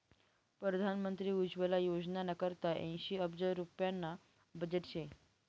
परधान मंत्री उज्वला योजनाना करता ऐंशी अब्ज रुप्याना बजेट शे